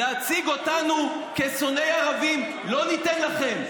להציג אותנו כשונאי ערבים לא ניתן לכם.